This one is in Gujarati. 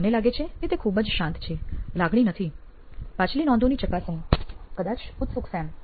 મને લાગે છે કે તે ખૂબ જ શાંત છે લાગણી નથી પાછલી નોંધોની ચકાસણી કદાચ ઉત્સુક સેમ